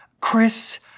Chris